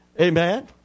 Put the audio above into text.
Amen